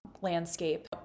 landscape